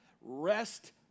rest